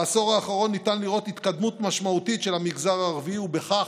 בעשור האחרון ניתן לראות התקדמות משמעותית של המגזר הערבי ובכך,